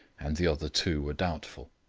and the other two were doubtful.